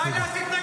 תודה.